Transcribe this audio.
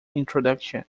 introduction